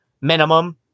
minimum